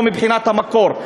לא מבחינת המקור.